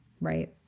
right